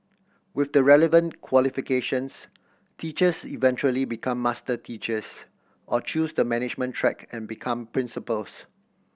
with the relevant qualifications teachers eventually become master teachers or choose the management track and become principals